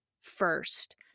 First